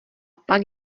pak